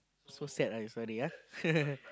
so sad ah your story ah